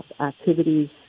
activities